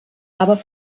aber